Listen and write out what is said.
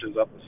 up